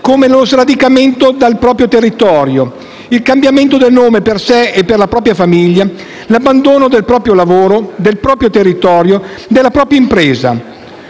come lo sradicamento dal proprio territorio, il cambiamento del nome per sé e per la propria famiglia, l'abbandono del proprio lavoro, del proprio territorio, della propria impresa.